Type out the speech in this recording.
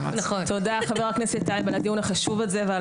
תודה חבר הכנסת טייב על הדיון החשוב הזה ועל